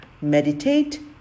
meditate